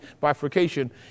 bifurcation